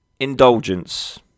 indulgence